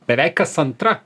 beveik kas antra